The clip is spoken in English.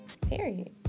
Period